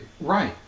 Right